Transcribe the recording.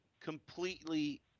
Completely –